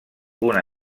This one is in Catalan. una